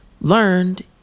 learned